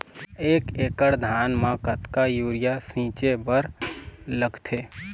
एक एकड़ धान म कतका यूरिया छींचे बर लगथे?